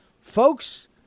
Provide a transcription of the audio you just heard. Folks